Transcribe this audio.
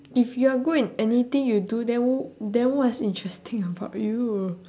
if you are good in anything you do then wh~ then what's interesting about you